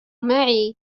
معي